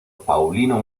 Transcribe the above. paulino